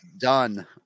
done